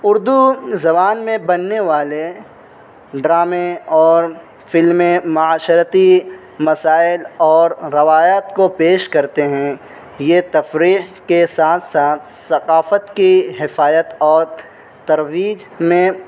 اردو زبان میں بننے والے ڈرامے اور فلمیں معاشرتی مسائل اور روایت کو پیش کرتے ہیں یہ تفریح کے ساتھ ساتھ ثقافت کی حفاظت اور ترویج میں